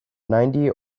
ninety